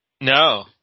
No